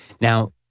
Now